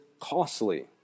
costly